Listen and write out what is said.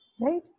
Right